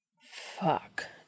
Fuck